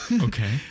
Okay